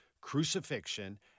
crucifixion